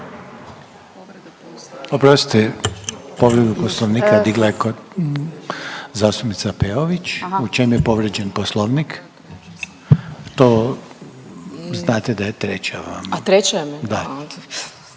Oprostite povredu Poslovnika digla je zastupnica Peović. U čemu je povrijeđen Poslovnik. To znate da je treća vam …/Upadica: A treća je meni./…